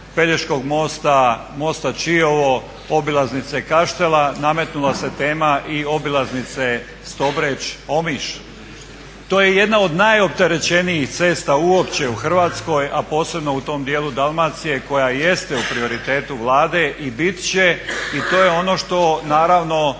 Pelješkog mosta, mosta Čiovo, obilaznice Kaštela nametnula se tema i obilaznice Stobreč-Omiš. To je jedna od najopterećenijih cesta uopće u Hrvatskoj a posebno u tom dijelu Dalmacije koja jeste u prioritetu Vlade i biti će i to je ono što naravno